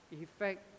effect